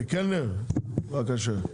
קלנר, בבקשה.